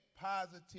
positive